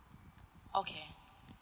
okay